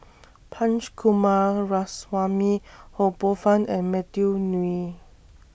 Punch Coomaraswamy Ho Poh Fun and Matthew Ngui